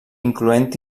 incloent